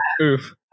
oof